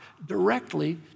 directly